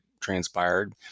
transpired